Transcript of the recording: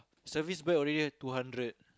service bike already two hundred